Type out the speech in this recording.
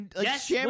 Yes